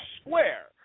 square